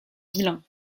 vilain